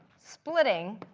splitting